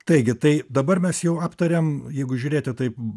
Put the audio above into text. taigi tai dabar mes jau aptarėm jeigu žiūrėti taip